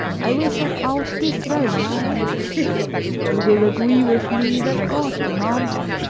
i will set out this very night you will agree with me that god demands it.